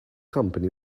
company